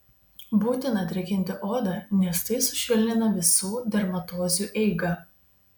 būtina drėkinti odą nes tai sušvelnina visų dermatozių eigą